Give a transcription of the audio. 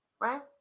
right